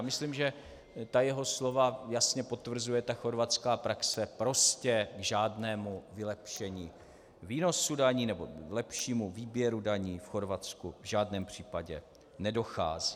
Myslím, že jeho slova jasně potvrzuje chorvatská praxe: prostě k žádnému vylepšení výnosu daní nebo lepšímu výběru daní v Chorvatsku v žádném případě nedochází.